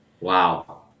Wow